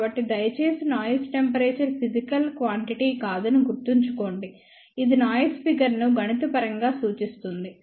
కాబట్టి దయచేసి noise temperature physical quantity కాదని గుర్తుంచుకోండి ఇది నాయిస్ ఫిగర్ ను గణిత పరంగా సూచిస్తుంది